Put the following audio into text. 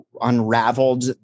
unraveled